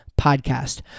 Podcast